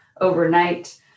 overnight